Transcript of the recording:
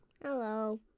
Hello